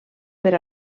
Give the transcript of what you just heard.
per